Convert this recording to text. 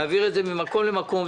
ממקום למקום.